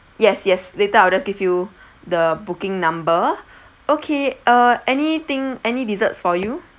yes yes later I'll just give you the booking number okay uh anything any desserts for you